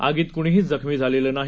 आगीतकुणीहीजखमीझालेलंनाही